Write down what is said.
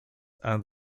and